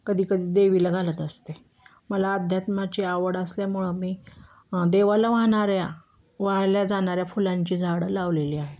कधी कधी देवीला घालत असते मला अध्यात्माची आवड असल्यामुळं मी देवाला वाहणाऱ्या व्हायल्या जाणाऱ्या फुलांची झाडं लावलेली आहे